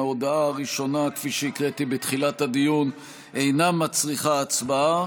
ההודעה הראשונה שהקראתי בתחילת הדיון אינה מצריכה הצבעה.